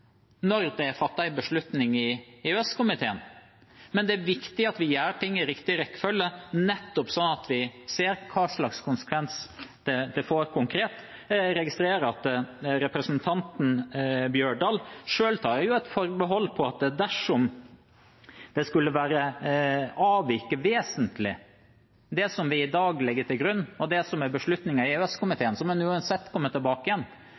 når det er fattet en beslutning i EØS-komiteen, men det er viktig at vi gjør ting i riktig rekkefølge, nettopp sånn at vi ser hva slags konsekvens det får konkret. Jeg registrerer at representanten Bjørdal selv tar et forbehold om at dersom det som vi i dag legger til grunn, og det som er beslutningen i EØS-komiteen, skulle avvike vesentlig, må man uansett komme tilbake igjen.